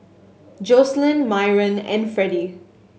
Jocelynn Myron and Freddy